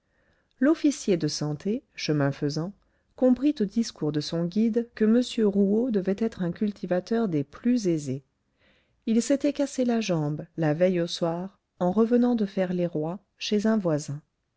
l'officier de santé chemin faisant comprit aux discours de son guide que m rouault devait être un cultivateur des plus aisés il s'était cassé la jambe la veille au soir en revenant de faire les rois chez un voisin